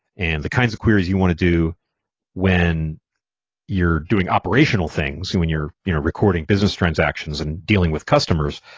and the kinds of queries you want to do when you're doing operational things and when you're you know recording business transactions and dealing with customers,